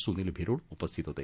सुनील भिरुड उपस्थित होते